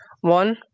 One